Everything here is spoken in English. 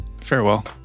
farewell